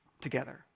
together